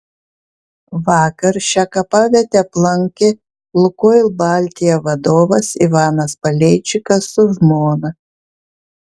vakar šią kapavietę aplankė lukoil baltija vadovas ivanas paleičikas su žmona